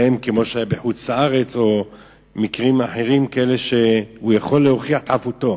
כמו שהייה בחוץ-לארץ או מקרים אחרים והוא יכול להוכיח את חפותו,